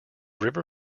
river